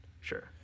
Sure